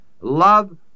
Love